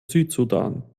südsudan